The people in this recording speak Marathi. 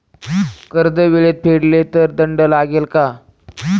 कर्ज वेळेत फेडले नाही तर दंड लागेल का?